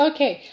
Okay